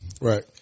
right